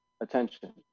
attention